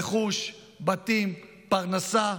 רכוש, בתים, פרנסה,